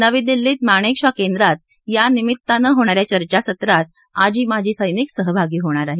नवी दिल्लीत माणेकशॉ केंद्रात यानिमित्तानं होणा या चर्चासत्रात आजी माजी सैनिक सहभागी होणार आहेत